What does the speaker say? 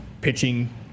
pitching